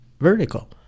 vertical